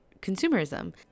consumerism